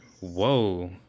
whoa